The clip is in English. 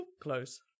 Close